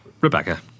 Rebecca